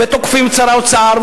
ותוקפים את שר האוצר,